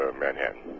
Manhattan